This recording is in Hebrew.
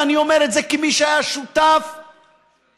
ואני אומר את זה כמי שהיה שותף והינה,